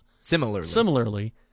Similarly